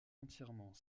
entièrement